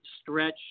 stretch